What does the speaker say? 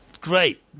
great